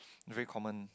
very common